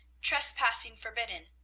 trespassing forbidden.